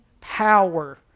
power